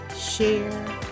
share